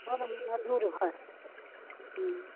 बड्ड मधुर भाषा